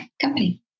company